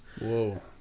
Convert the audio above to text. Whoa